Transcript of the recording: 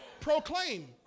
Proclaim